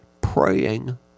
praying